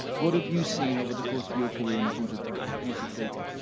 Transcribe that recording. what have you seen over the course of your career in terms of use of data.